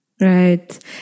Right